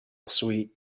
suite